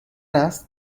است